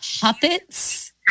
puppets